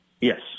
Yes